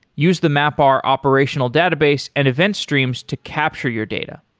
use the mapr operational database and event streams to capture your data.